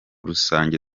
rusange